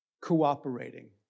cooperating